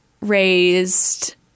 raised